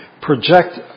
project